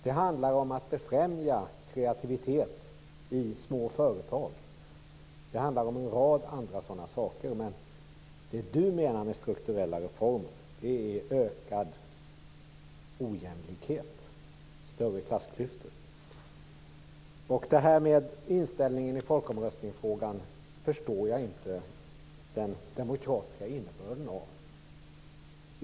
Det handlar om att främja kreativitet i små företag. Det handlar om en rad andra sådana saker. Vad Mats Odell menar med strukturella reformer är ökad ojämlikhet och större klassklyftor. När det gäller inställningen till folkomröstningsfrågan förstår jag inte den demokratiska innebörden.